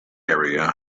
area